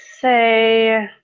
say